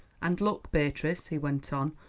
and look, beatrice, he went on,